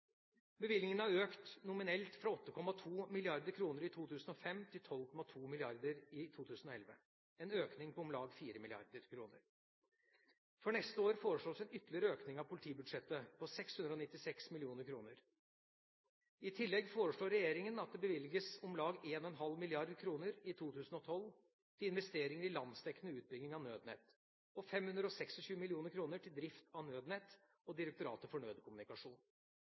Bevilgningen har økt nominelt fra 8,2 mrd. kr i 2005 til 12,2 mrd. kr i 2011 – en økning på om lag 4 mrd. kr. For neste år foreslås en ytterligere økning av politibudsjettet på 696 mill. kr. I tillegg foreslår regjeringa at det bevilges om lag 1,5 mrd. kr i 2012 til investeringer i landsdekkende utbygging av Nødnett og 526 mill. kr til drift av Nødnett og Direktoratet for nødkommunikasjon.